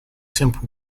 simple